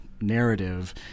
narrative